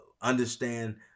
understand